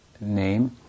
name